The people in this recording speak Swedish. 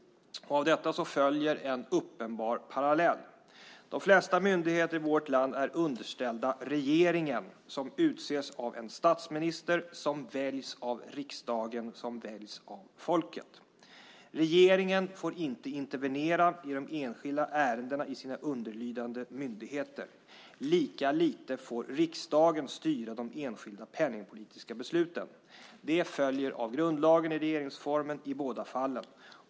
Av detta följer en uppenbar parallell. De flesta myndigheter i vårt land är underställda regeringen som utses av en statsminister som väljs av riksdagen som väljs av folket. Regeringen får inte intervenera i de enskilda ärendena vid dess underlydande myndigheter. Lika lite får riksdagen styra de enskilda penningpolitiska besluten. Det följer av grundlagen i regeringsformen i båda fallen.